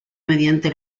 mediante